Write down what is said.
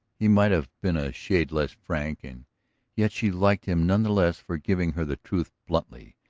he might have been a shade less frank and yet she liked him none the less for giving her the truth bluntly.